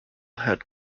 had